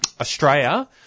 Australia